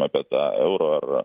apie tą euro ar